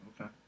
Okay